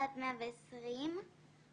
עד 120,